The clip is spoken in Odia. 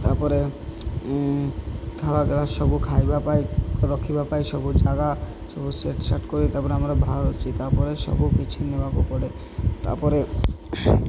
ତା'ପରେ ସବୁ ଖାଇବା ପାଇଁ ରଖିବା ପାଇଁ ସବୁ ଜାଗା ସବୁ ସେଟ୍ ସାଟ୍ କରି ତା'ପରେ ଆମର ବାହାରୁଛି ତା'ପରେ ସବୁ କିଛି ନେବାକୁ ପଡ଼େ ତା'ପରେ